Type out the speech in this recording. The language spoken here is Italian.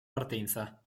partenza